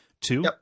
Two